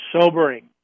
sobering